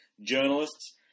journalists